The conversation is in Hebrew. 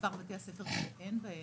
מספר בתי הספר שאין בהם,